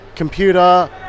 computer